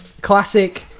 classic